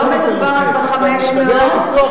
לא מדובר רק ב-500, אני ניסחתי את הנושא.